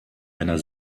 einer